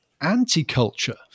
anti-culture